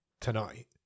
tonight